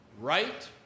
right